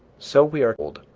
so, we are told,